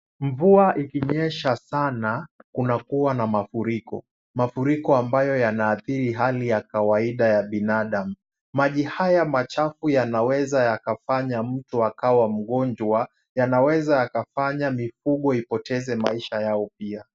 Mvua ikinyesha sana kunakuwa na mafuriko. Mafuriko ambayo yanaathiri hali ya kawaida ya binadamu. Maji haya machafu yanaweza yakafanya mtu akawa mgonjwa. Yanaweza yakafanya mifugo ipoteze maisha yao pia.